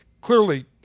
Clearly